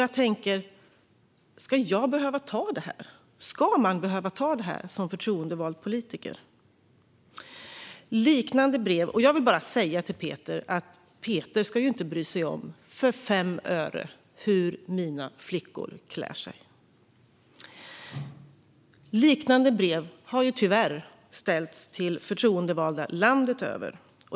Jag tänker: Ska jag behöva ta det här? Ska man som förtroendevald politiker behöva ta det här? Jag vill bara säga till Peter att han inte ska bry sig om för fem öre hur mina flickor klär sig. Liknande brev har tyvärr ställts till förtroendevalda landet över.